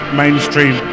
mainstream